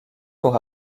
pour